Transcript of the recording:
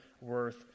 worth